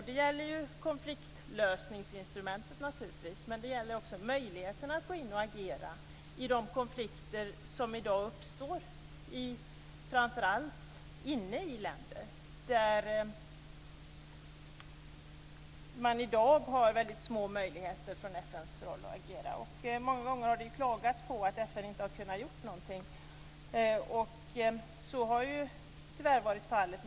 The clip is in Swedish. Det gäller konfliktlösninginstrumentet men också möjligheten att gå in och agera i de konflikter som i dag uppstår framför allt inne i länder. Där har man i dag mycket små möjligheter att agera från FN:s sida. Många gånger har det klagats på att FN inte ha kunnat göra någonting. Så har tyvärr varit fallet.